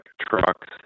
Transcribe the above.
trucks